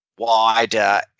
wider